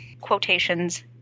quotations